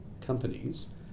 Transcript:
companies